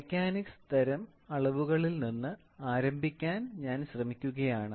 mechanics തരം അളവുകളിൽ നിന്ന് ആരംഭിക്കാൻ ഞാൻ ശ്രമിക്കുകയാണ്